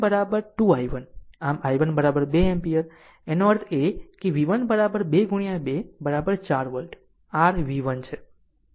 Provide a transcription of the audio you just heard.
આમ i1 2 ampere આમ તેનો અર્થ છે v1 2 2 4 વોલ્ટ આ r v1 છે